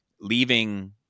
leaving